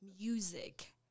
Music